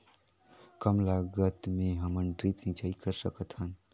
कम लागत मे हमन ड्रिप सिंचाई कर सकत हन?